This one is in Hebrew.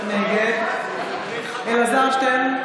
נגד אלעזר שטרן,